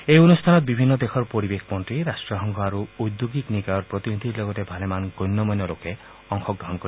এই অনুষ্ঠানত বিভিন্ন দেশৰ পৰিৱেশ মন্ত্ৰী ৰাষ্ট্ৰসংঘৰ আৰু ঔদ্যোগীক নিকায়ৰ প্ৰতিনিধিৰ লগতে ভালেমান গণ্য মান্য লোকে অংশগ্ৰহণ কৰিব